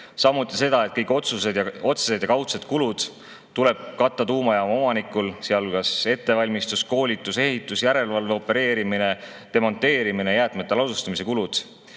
samuti seda, et kõik otsesed ja kaudsed kulud tuleb katta tuumajaama omanikul, sealhulgas ettevalmistus, koolitus, ehitus, järelevalve, opereerimine, demonteerimine, jäätmete ladustamise kulud.